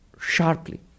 sharply